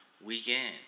weekend